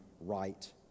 right